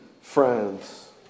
friends